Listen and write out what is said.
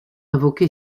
invoqué